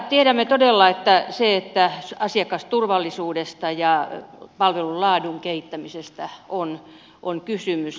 tiedämme todella että asiakasturvallisuudesta ja palvelun laadun kehittämisestä on kysymys